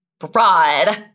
broad